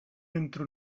entro